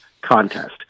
contest